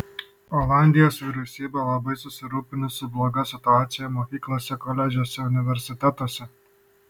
olandijos vyriausybė labai susirūpinusi bloga situacija mokyklose koledžuose universitetuose